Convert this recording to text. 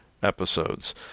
episodes